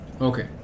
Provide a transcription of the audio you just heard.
Okay